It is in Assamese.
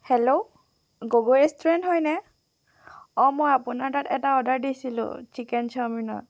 হেল্ল' গগৈ ৰেষ্টুৰেণ্ট হয়নে অঁ মই আপোনাৰ তাত এটা অৰ্ডাৰ দিছিলোঁ চিকেন চাওমিনৰ